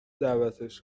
دعوتش